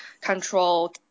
control